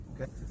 Okay